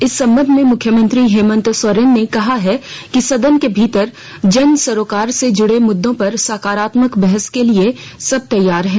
इस संबंध में मुख्यमंत्री हेमंत सोरेन ने कहा है कि सदन के भीतर जन सरोकार से जुड़े मुद्दों पर सकारात्मक बहस के लिए सब तैयार हैं